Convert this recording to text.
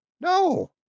no